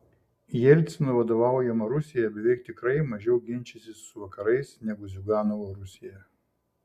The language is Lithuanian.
jelcino vadovaujama rusija beveik tikrai mažiau ginčysis su vakarais negu ziuganovo rusija